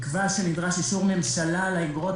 תקבע שנדרש אישור ממשלה על האיגרות